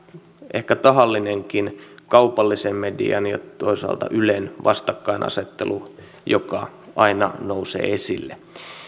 ehkä tahallinenkin kaupallisen median ja toisaalta ylen vastakkainasettelu joka aina nousee esille